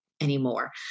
anymore